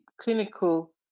clinical